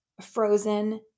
Frozen